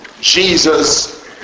Jesus